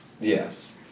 Yes